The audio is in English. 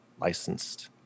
licensed